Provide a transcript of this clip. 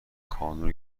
کانون